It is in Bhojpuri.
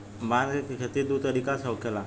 बांस के खेती दू तरीका से होखेला